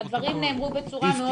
הדברים נאמרו בצורה מאוד ברורה.